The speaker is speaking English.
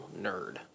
nerd